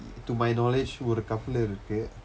to my knowledge ஒரு:oru couple இருக்கு:irukku